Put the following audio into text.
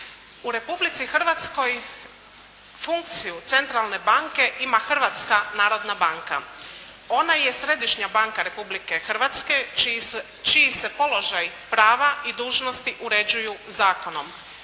U Republici Hrvatskoj funkciju centralne banke ima Hrvatska narodna banka. Ona je središnja banka Republike Hrvatske čiji se položaj, prava i dužnosti uređuju zakonom.